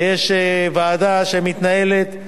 ויש ועדה שמתנהלת,